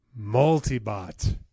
Multibot